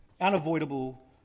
unavoidable